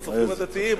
"הצופים הדתיים".